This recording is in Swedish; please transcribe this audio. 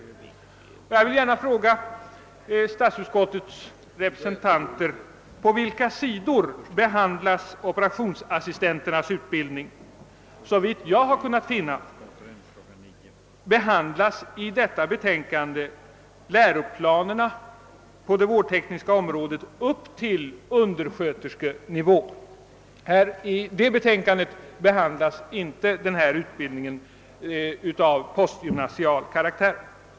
Jag vill gärna fråga statsutskottets representanter på vilka sidor operationsassistenternas utbildning behandlas. Såvitt jag har kunnat finna behandlas i detta betänkande läroplanerna på det vårdtekniska området upp till undersköterskenivån. I betänkandet behandlas inte denna utbildning av postgymnasial karaktär.